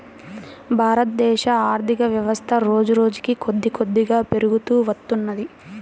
భారతదేశ ఆర్ధికవ్యవస్థ రోజురోజుకీ కొద్దికొద్దిగా పెరుగుతూ వత్తున్నది